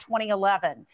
2011